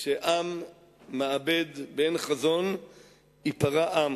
כשעם מאבד את החזון, באין חזון ייפרע עם.